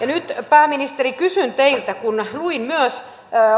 nyt pääministeri kysyn teiltä siitä kun luin myös